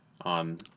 on